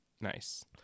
Nice